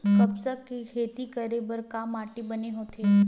कपास के खेती करे बर का माटी बने होथे?